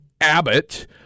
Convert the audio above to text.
Abbott